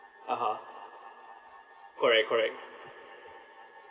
(uh huh) correct correct